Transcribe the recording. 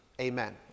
Amen